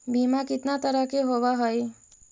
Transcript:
बीमा कितना तरह के होव हइ?